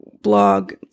blog